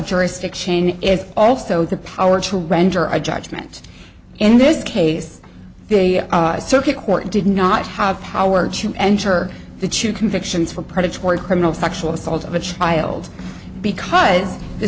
juristic chain is also the power to render a judgment in this case the circuit court did not have power to enter the two convictions for predatory criminal sexual assault of a child because th